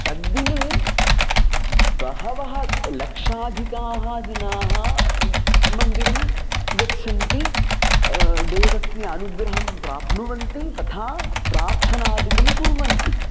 तद्दिने बहवः लक्षाधिकाः जनाः मन्दिरं गच्छन्ति देवस्य अनुग्रहं प्राप्नुवन्ति तथा प्रार्थनादिकं कुर्वन्ति